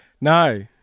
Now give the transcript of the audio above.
No